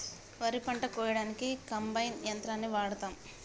వరి పంట కోయడానికి కంబైన్ యంత్రాలని వాడతాం